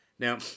Now